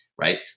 right